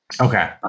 Okay